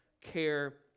care